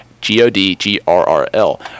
G-O-D-G-R-R-L